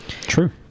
True